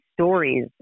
stories